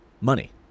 money